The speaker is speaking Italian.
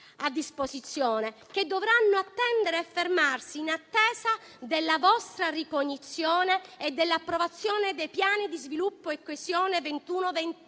a disposizione, dovranno attendere e fermarsi in attesa della vostra ricognizione e dell'approvazione dei piani di sviluppo e coesione